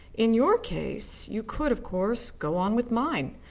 in your case you could, of course, go on with mine,